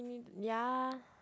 ya